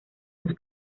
los